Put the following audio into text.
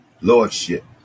lordship